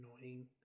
annoying